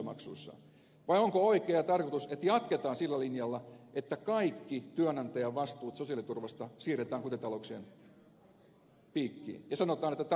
vai onko oikea tarkoitus että jatketaan sillä linjalla että kaikki työnantajan vastuut sosiaaliturvasta siirretään kotitalouksien piikkiin ja sanotaan että tämä on vihreää toimintaa